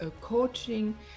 coaching